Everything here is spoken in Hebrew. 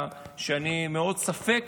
אני מאוד בספק